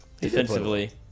Defensively